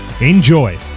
Enjoy